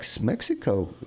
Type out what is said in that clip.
Mexico